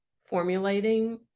formulating